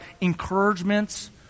encouragements